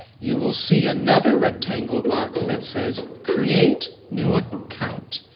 you will see another rectangle box that says create new account,